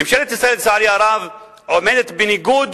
ממשלת ישראל, לצערי הרב, עומדת בניגוד